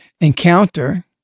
encounter